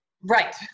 Right